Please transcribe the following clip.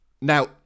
Now